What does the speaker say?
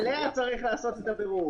ועליה צריך לעשות את הבירור.